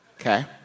Okay